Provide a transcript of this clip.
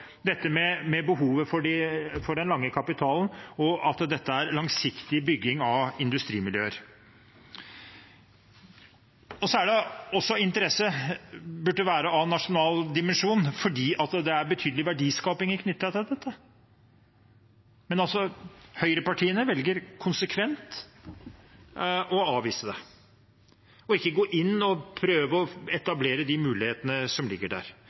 behovet for langsiktig kapital, og at dette er langsiktig bygging av industrimiljøer. Det burde også være av interesse i en nasjonal dimensjon fordi det er betydelig verdiskaping knyttet til dette. Men høyrepartiene velger konsekvent å avvise det og går ikke inn og prøver å etablere de mulighetene som ligger der.